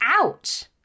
ouch